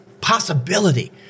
possibility